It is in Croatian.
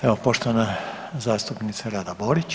Evo, poštovana zastupnica Rada Borić.